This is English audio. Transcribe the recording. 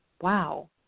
wow